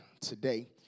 today